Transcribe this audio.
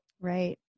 Right